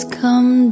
come